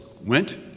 went